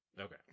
Okay